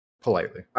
Politely